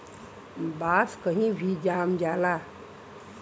बांस कही भी जाम जाला